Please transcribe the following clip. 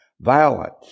violence